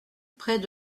près